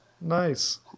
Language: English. Nice